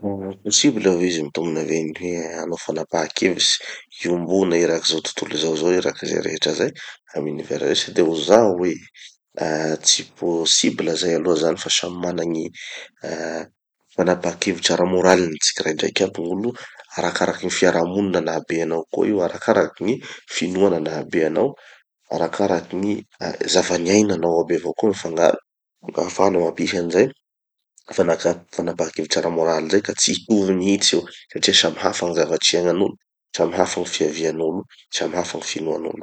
Ah possible ve ho izy, mitombina ve ny hoe hanao fanapaha-kevitsy iombona eraky zao tontolo zao zao, eraky ze rehetra zay, amy univers rehetra? De ho zaho hoe ah tsy possible zay aloha zany fa samy mana gny ah fanapaha-kevitry ara-moraliny tsikiraidraiky aby gn'olo. Arakarakin'ny fiarahamonina nahabe anao koa io, arakaraky gny finoana nahabe anao, arakaraky gny ah zava-niainanao aby avao koa mifangaro, ahafana mampisy anizay fanaka- fanapaha-kevitry ara-moraly zay. Ka tsy hitovy mihitsy io satria samy hafa gny zavatry iaignan'olo, samy hafa gny fiavian'olo, samy hafa gny finoan'olo.